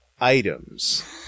items